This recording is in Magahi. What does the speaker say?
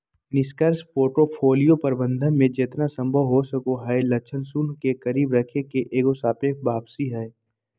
निष्क्रिय पोर्टफोलियो प्रबंधन मे जेतना संभव हो सको हय लक्ष्य शून्य के करीब रखे के एगो सापेक्ष वापसी हय